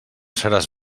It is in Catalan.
seràs